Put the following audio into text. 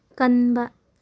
ꯀꯟꯕ